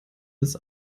ist